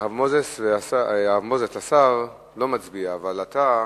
הרב מוזס, השר לא מצביע, אבל אתה,